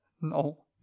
No